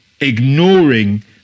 ignoring